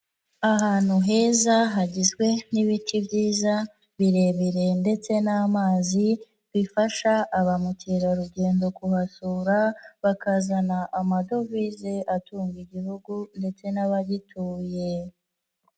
Ahantu heza hagizwe n'ibiti byiza, birebire ndetse n'amazi, bifasha ba mukerarugendo kuhasura, bakazana amadovize atunga igihugu ndetse n'abagituye.